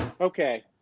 Okay